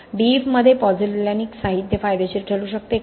DEF मध्ये pozzolanic साहित्य फायदेशीर ठरू शकते का